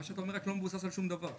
מה שאתה אומר לא מבוסס על שום דבר.